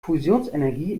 fusionsenergie